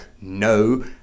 no